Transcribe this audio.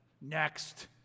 Next